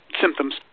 symptoms